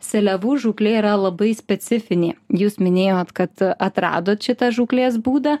seliavų žūklė yra labai specifinė jūs minėjot kad atradot šitą žūklės būdą